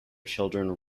children